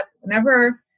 whenever